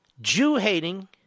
Jew-hating